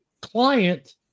client